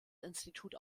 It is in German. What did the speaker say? institut